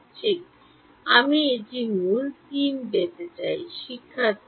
ঠিক আমি একটি মূল 3 পেতে হবে